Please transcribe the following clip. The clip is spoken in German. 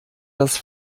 das